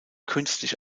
künstlich